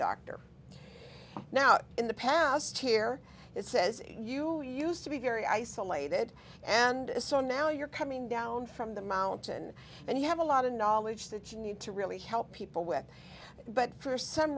doctor now in the past here it says you used to be very isolated and so now you're coming down from the mountain and you have a lot of knowledge that you need to really help people with but for some